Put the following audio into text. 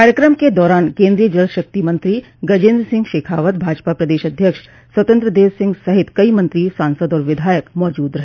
कार्यक्रम के दौरान केन्द्रीय जल शक्ति मंत्री गजेन्द्र सिंह शेखावत भाजपा प्रदश अध्यक्ष स्वतंत्र देव सिंह सहित कई मंत्री सांसद और विधायक मौजूद रहे